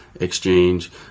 Exchange